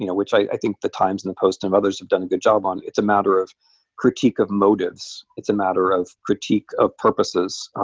you know which i think the times and the post and others have done a good job on. it's a matter of critique of motives. it's a matter of critique of purposes.